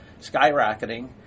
skyrocketing